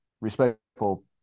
respectful